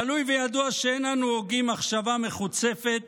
"גלוי וידוע שאין אנו הוגים מחשבה מחוצפת